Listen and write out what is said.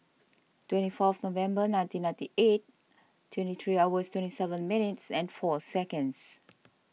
twenty fourth November nineteen ninety eight twenty three hours twenty seven minutes and four seconds